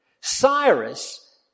Cyrus